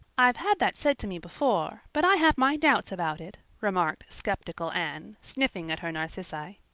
i've had that said to me before, but i have my doubts about it, remarked skeptical anne, sniffing at her narcissi.